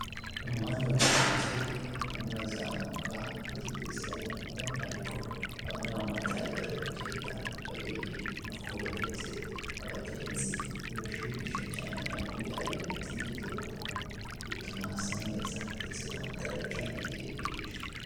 Ahantu ndeba rero hari udutebe twiza tw'icyatsi munsi urahabona harimo agacupa inyuma hicayeho abantu hasa naho hagiye kubera ikintu runaka nyine cyiga ku kibazo cyabayeho cyangwa bafite ibindi bagiye kuganiriza abantu bari buhitabire bahaje.